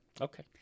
okay